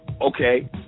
okay